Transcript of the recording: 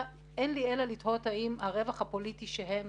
אין לי אלא לתהות האם הרווח הפוליטי שהם